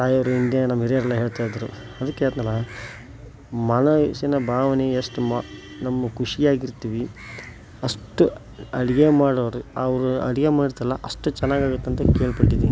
ತಾಯೋರಿಂದೆ ನಮ್ಮ ಹಿರಿಯರೆಲ್ಲಾ ಹೇಳ್ತಾಯಿದ್ದರು ಅದಕ್ಕೆ ಹೇಳಿದೆನಲ್ಲಾ ಮನಸಿನ ಭಾವನೆ ಎಷ್ಟು ಮ ನಮ್ಮ ಖುಷಿಯಾಗಿರ್ತೀವಿ ಅಷ್ಟು ಅಡುಗೆ ಮಾಡೋರು ಅವರು ಅಡುಗೆ ಮಾಡ್ತಾರಲ್ಲ ಅಷ್ಟು ಚೆನ್ನಾಗಾಗತ್ತಂತ ಕೇಳ್ಪಟ್ಟಿದ್ದೀನಿ